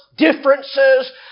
Differences